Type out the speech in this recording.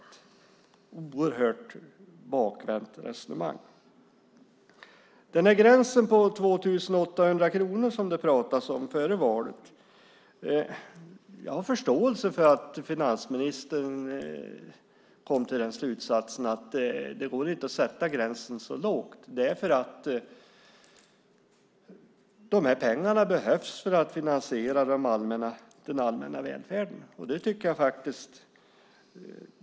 Det är ett oerhört bakvänt resonemang. Före valet pratades det om en gräns på 2 800 kronor. Jag har förståelse för att finansministern kom till slutsatsen att det inte går att sätta gränsen så lågt. Pengarna behövs för att finansiera den allmänna välfärden.